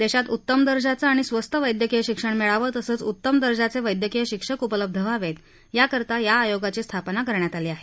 देशात उत्तम दर्जाचं आणि स्वस्तात वद्यक्रीय शिक्षण मिळावं तसंच उत्तम दर्जाचे वद्यक्रीय शिक्षक उपलब्ध व्हावेत याकरता या आयोगाची स्थापना केली आहे